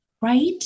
Right